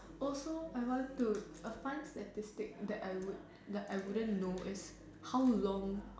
also I want to a fun statistic that I that I wouldn't know is how long